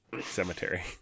cemetery